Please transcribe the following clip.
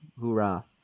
Hoorah